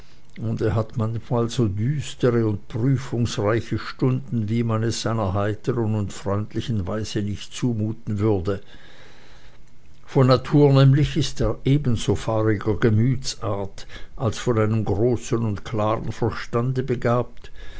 und er hat manchmal so düstere und prüfungsreiche stunden wie man es seiner heiteren und freundlichen weise nicht zumuten würde von natur nämlich ist er ebenso feuriger gemütsart als von einem großen und klaren verstande begabt